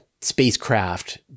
spacecraft